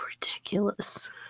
ridiculous